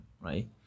right